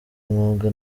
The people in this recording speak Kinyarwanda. umwuga